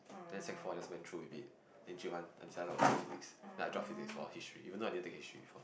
then Sec four I just went through with it then J one I decided not to take physics then I drop physics for history even though I never take history before